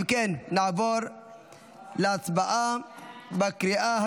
חבר הכנסת אחמד טיבי,